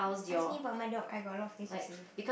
ask me about my dog I got a lot of things to say